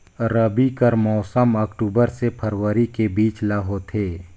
रबी कर मौसम अक्टूबर से फरवरी के बीच ल होथे